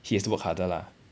he has to work harder lah